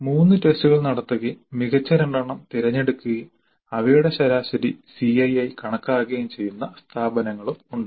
3 ടെസ്റ്റുകൾ നടത്തുകയും മികച്ച 2 എണ്ണം തിരഞ്ഞെടുക്കുകയും അവയുടെ ശരാശരി CIE ആയി കണക്കാക്കുകയും ചെയ്യുന്ന സ്ഥാപനങ്ങളുണ്ട്